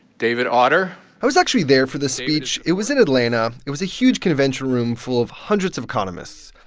david autor i was actually there for the speech. it was in atlanta. it was a huge convention room full of hundreds of economists.